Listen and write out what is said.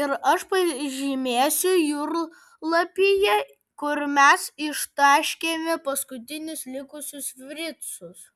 ir aš pažymėsiu jūrlapyje kur mes ištaškėme paskutinius likusius fricus